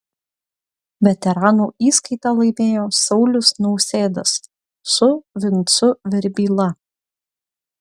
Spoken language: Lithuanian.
veteranų įskaitą laimėjo saulius nausėdas su vincu verbyla